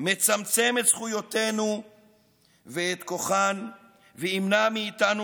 מצמצם את זכויותינו ואת כוחן וימנע מאיתנו